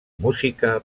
música